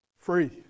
free